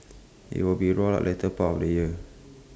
IT will be rolled out later part of the year